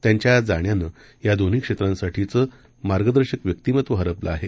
त्यांच्या जाण्यानं या दोन्ही क्षेत्रासाठींचं मार्गदर्शक व्यक्तिमत्त्व हरपलं आहे